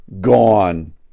gone